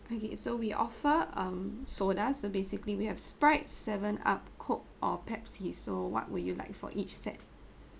okay so we offer um soda so basically we have sprite seven up coke or pepsi so what will you like for each set